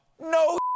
No